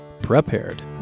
prepared